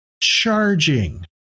charging